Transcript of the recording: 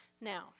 Now